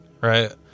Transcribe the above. right